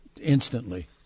instantly